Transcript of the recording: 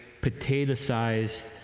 potato-sized